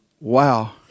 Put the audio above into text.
Wow